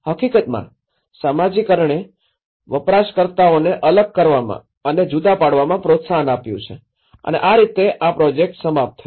હકીકતમાં સામાજિકરણે વપરાશકર્તાઓને અલગ કરવામાં અને જુદા પાડવામાં પ્રોત્સાહન આપ્યું છે અને આ રીતે આ પ્રોજેક્ટ સમાપ્ત થયો